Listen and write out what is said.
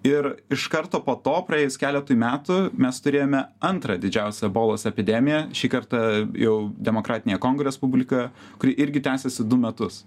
ir iš karto po to praėjus keletui metų mes turėjome antrą didžiausią ebolos epidemiją šį kartą jau demokratinėje kongo respublikoje kuri irgi tęsėsi du metus